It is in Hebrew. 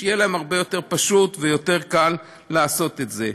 שיהיה להם הרבה יותר פשוט והרבה יותר קל לעשות את זה.